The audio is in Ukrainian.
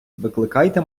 викликайте